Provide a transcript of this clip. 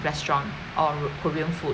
restaurant or korean food